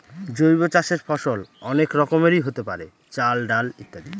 জৈব চাষের ফসল অনেক রকমেরই হতে পারে, চাল, ডাল ইত্যাদি